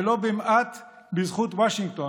ולא מעט בזכות וושינגטון,